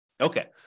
Okay